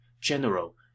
General